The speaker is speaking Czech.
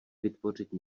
vytvořit